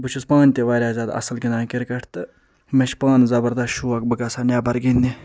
بہٕ چھُس پانہٕ تہِ واریاہ زیادٕ اصل گِندان کرکٹ تہٕ مےٚ چھُ پانہٕ زبردس شوق بہِ گژھا نٮ۪بر گِندنہِ